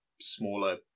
smaller